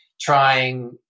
trying